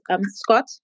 Scott